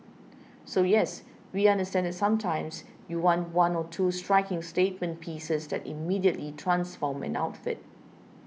so yes we understand that sometimes you want one or two striking statement pieces that immediately transform an outfit